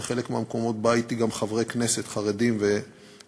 ולחלק מהמקומות באו אתי גם חברי כנסת חרדיים ואחרים.